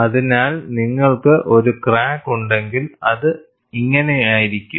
അതിനാൽ നിങ്ങൾക്ക് ഒരു ക്രാക്ക് ഉണ്ടെങ്കിൽ അത് ഇങ്ങനെയായിരിക്കും